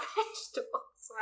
vegetables